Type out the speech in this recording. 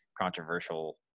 controversial